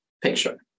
picture